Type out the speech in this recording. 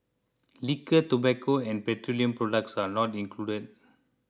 liquor tobacco and petroleum products are not included